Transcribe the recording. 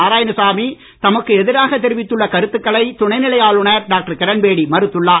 நாராயணசாமி தமக்கு எதிராக தெரிவித்துள்ள கருத்துக்களை துணைநிலை ஆளுநர் டாக்டர் கிரண்பேடி மறுத்துள்ளார்